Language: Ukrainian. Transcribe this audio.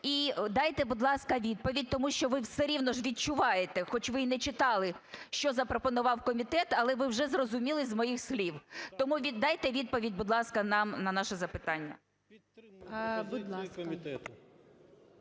І дайте, будь ласка, відповідь, тому що ви все рівно ж відчуваєте, хоч ви і не читали, що запропонував комітет, але ви вже зрозуміли з моїх слів. Тому дайте відповідь, будь ласка, нам на наше запитання.